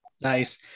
Nice